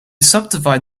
subdivide